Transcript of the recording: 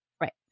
Right